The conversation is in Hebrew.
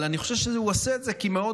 אבל אני חושב שהוא עושה את זה כי מאוד